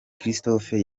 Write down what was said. christophe